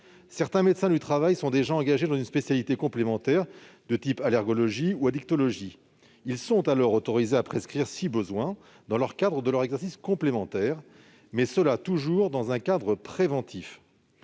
certains médecins du travail se sont déjà engagés dans une spécialité complémentaire, comme l'allergologie ou l'addictologie. Ils sont alors autorisés à prescrire si besoin dans le cadre de leur exercice complémentaire, mais cela doit rester dans un cadre préventif.